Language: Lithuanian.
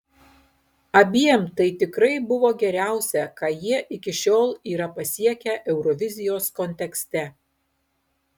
abiem tai tikrai buvo geriausia ką jie iki šiol yra pasiekę eurovizijos kontekste